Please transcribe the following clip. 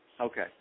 Okay